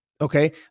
Okay